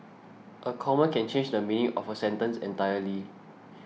a comma can change the meaning of a sentence entirely